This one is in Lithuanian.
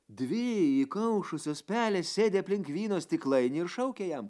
dvi įkaušusios pelės sėdi aplink vyno stiklainį ir šaukia jam